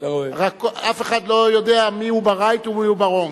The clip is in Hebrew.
רק אף אחד לא יודע מיהו ב-right ומיהו ב-wrong,